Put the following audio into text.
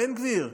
בן גביר,